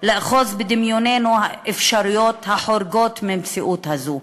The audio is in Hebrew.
לאחוז בדמיוננו אפשרויות החורגות מהמציאות הזאת.